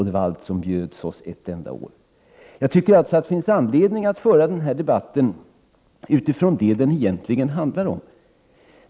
Det var allt som bjöds oss under ett enda år. Jag tycker alltså att det finns anledning att föra denna debatt på basis av vad den egentligen handlar om.